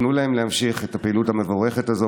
תנו להם להמשיך את הפעילות המבורכת הזו.